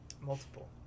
Multiple